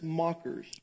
mockers